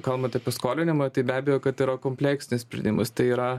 kalbant apie skolinimą tai be abejo kad yra kompleksinis sprendimas tai yra